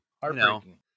Heartbreaking